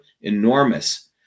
enormous